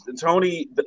Tony